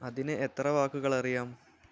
അതിന് എത്ര വാക്കുകൾ അറിയാം